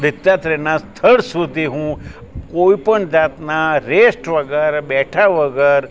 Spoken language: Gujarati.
દત્તાત્રેયના સ્થળ સુધી હું કોઈપણ જાતના રેસ્ટ વગર બેઠા વગર